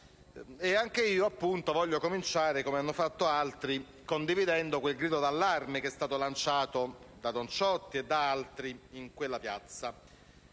Anche io voglio cominciare, come hanno fatto altri, condividendo quel grido di allarme che è stato lanciato da don Ciotti e da altri in quella piazza.